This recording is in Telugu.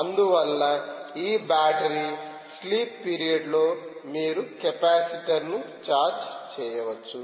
అందువల్ల ఈ బ్యాటరీ స్లీప్ పీరియడ్ లో మీరు కెపాసిటర్ ను ఛార్జ్ చేయవచ్చు